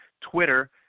Twitter